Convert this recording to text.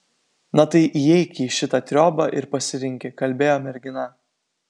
na tai įeiki į šitą triobą ir pasirinki kalbėjo mergina